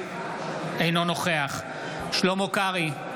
אינו נוכח שלמה קרעי,